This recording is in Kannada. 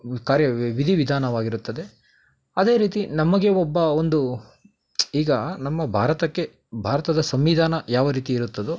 ಕಾರ್ಯ ವಿಧಿ ವಿಧಾನವಾಗಿರುತ್ತದೆ ಅದೇ ರೀತಿ ನಮಗೆ ಒಬ್ಬ ಒಂದು ಈಗ ನಮ್ಮ ಭಾರತಕ್ಕೆ ಭಾರತದ ಸಂವಿಧಾನ ಯಾವ ರೀತಿ ಇರುತ್ತದೋ